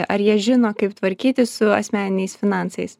ar jie žino kaip tvarkytis su asmeniniais finansais